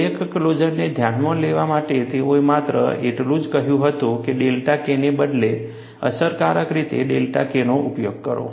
crack ક્લોઝરને ધ્યાનમાં લેવા માટે તેઓએ માત્ર એટલું જ કહ્યું હતું કે ડેલ્ટા K ને બદલે અસરકારક રીતે ડેલ્ટા K નો ઉપયોગ કરો